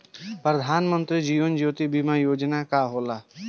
प्रधानमंत्री जीवन ज्योति बीमा योजना का होला?